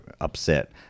upset